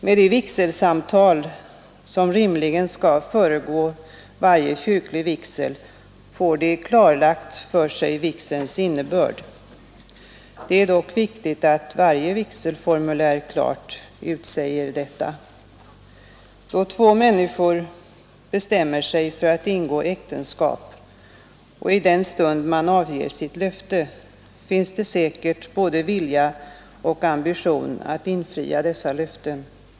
Med de vigselsamtal som rimligen skall föregå varje kyrklig vigsel får de klarlagt för sig vigselns innebörd. Det är dock viktigt att varje vigselformulär klart utsäger detta. Då två människor bestämmer sig för att ingå äktenskap — och i den stund man avger sitt löfte — finns det säkert både vilja och ambition att infria dessa löften.